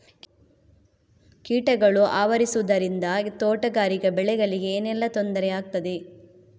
ಕೀಟಗಳು ಆವರಿಸುದರಿಂದ ತೋಟಗಾರಿಕಾ ಬೆಳೆಗಳಿಗೆ ಏನೆಲ್ಲಾ ತೊಂದರೆ ಆಗ್ತದೆ?